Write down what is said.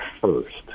first